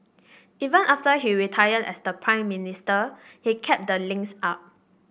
even after he retired as Prime Minister he kept the links up